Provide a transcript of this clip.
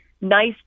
nice